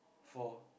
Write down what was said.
four